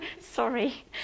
Sorry